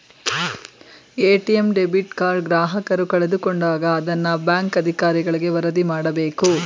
ATM debit card ಗ್ರಾಹಕರು ಕಳೆದುಕೊಂಡಾಗ ಅದನ್ನ ಬ್ಯಾಂಕ್ ಅಧಿಕಾರಿಗೆ ವರದಿ ಮಾಡಬೇಕು